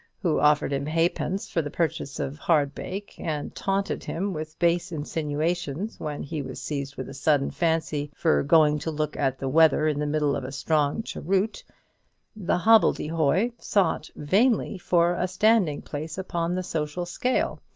who offered him halfpence for the purchase of hardbake, and taunted him with base insinuations when he was seized with a sudden fancy for going to look at the weather in the middle of a strong cheroot the hobbledehoy sought vainly for a standing-place upon the social scale,